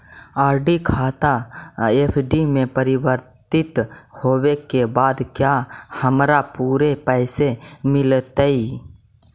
RD खाता FD में परिवर्तित होवे के बाद क्या हमारा पूरे पैसे मिलतई